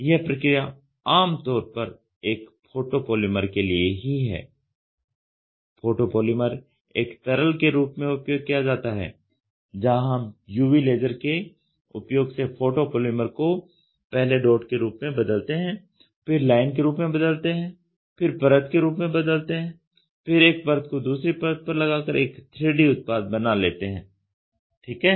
यह प्रक्रिया आम तौर पर एक फोटो पॉलीमर के लिए ही है फोटो पॉलीमर एक तरल के रूप में उपयोग किया जाता है जहाँ हम UV लेज़र के उपयोग से फोटो पॉलीमर को पहले डॉट के रूप में बदलते हैं फिर लाइन के रूप में बदलते हैं फिर परत के रूप में बदलते हैं फिर एक परत को दूसरी परत पर लगाकर एक 3D उत्पाद बना लेते हैं ठीक है